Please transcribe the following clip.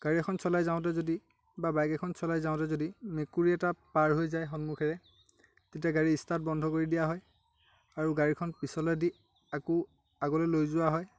গাড়ী এখন চলাই যাওঁতে যদি বা বাইক এখন চলাই যাওঁতে যদি মেকুৰী এটা পাৰ হৈ যায় সন্মুখেৰে তেতিয়া গাড়ীৰ ষ্টাৰ্ট বন্ধ কৰি দিয়া হয় আৰু গাড়ীখন পিছলৈ দি আকৌ আগলৈ লৈ যোৱা হয়